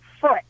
foot